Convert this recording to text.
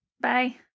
Bye